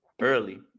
early